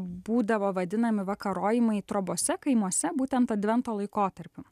būdavo vadinami vakarojimai trobose kaimuose būtent advento laikotarpiu